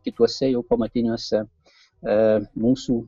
kituose jau pamatiniuose ee mūsų